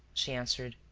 she answered.